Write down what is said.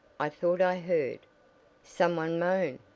i thought i heard some one moan?